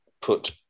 put